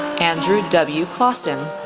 andrew w. klassen,